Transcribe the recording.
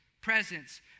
presence